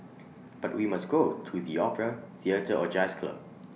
but we must go to the opera theatre or jazz club